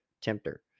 Tempter